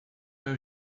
meu